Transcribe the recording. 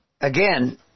Again